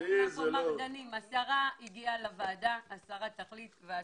השרה הגיעה לוועדה, השרה תחלי .